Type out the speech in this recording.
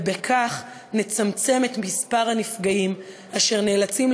ובכך נצמצם את מספר הנפגעים אשר נאלצים